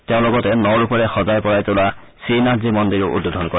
তেওঁ লগতে ন ৰূপেৰে সজাই পৰাই তোলা শ্ৰীনাথজি মন্দিৰো উদ্বোধন কৰে